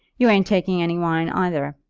you ain't taking any wine either.